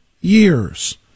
years